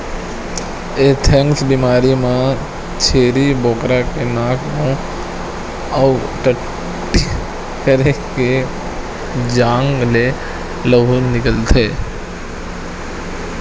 anthrax बेमारी म छेरी बोकरा के नाक, मूंह अउ टट्टी करे के जघा ले लहू निकलथे